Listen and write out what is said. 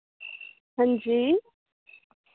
हां जी